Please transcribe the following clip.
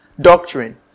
doctrine